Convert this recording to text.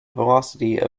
velocity